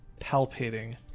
palpating